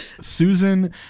Susan